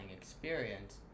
experience